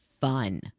fun